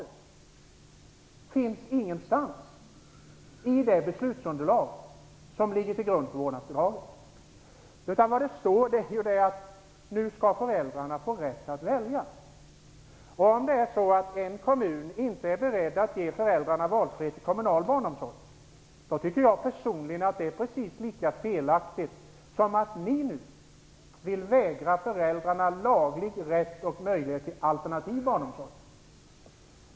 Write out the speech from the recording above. Det finns ingenstans i det beslutsunderlag som ligger till grund för vårdnadsbidraget. Vad som står är att föräldrarna nu skall få rätt att välja. Om sedan en kommun inte är beredd att ge föräldrarna möjlighet att välja kommunal barnomsorg, tycker jag personligen att det är precis lika felaktigt som att ni socialdemokrater nu vill vägra föräldrarna laglig rätt och möjlighet till alternativ barnomsorg.